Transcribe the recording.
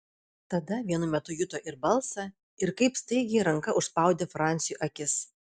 tada vienu metu juto ir balsą ir kaip staigiai ranka užspaudė franciui akis